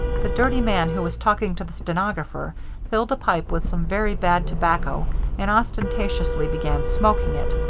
the dirty man who was talking to the stenographer filled a pipe with some very bad tobacco and ostentatiously began smoking it,